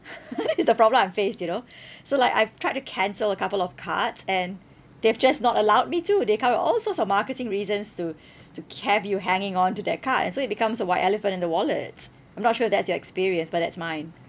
it's the problem I'm faced you know so like I've tried to cancel a couple of cards and they've just not allowed me to they come out with all sorts of marketing reasons to to have you hanging on to that card and so it becomes a white elephant in the wallets I'm not sure if that's your experience but that's mine